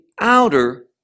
outer